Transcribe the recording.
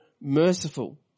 merciful